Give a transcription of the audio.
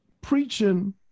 preaching